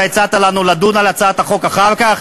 אתה הצעת לנו לדון על הצעת החוק אחר כך?